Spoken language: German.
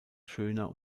schöner